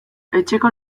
etxeko